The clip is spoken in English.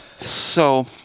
So-